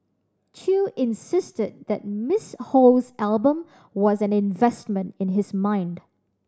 Chew insisted that Miss Ho's album was an investment in his mind